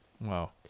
Wow